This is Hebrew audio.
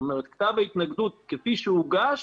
זאת אומרת, כתב ההתנגדות כפי שהוא הוגש,